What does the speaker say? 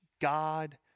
God